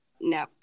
No